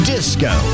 Disco